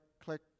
click